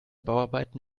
bauarbeiten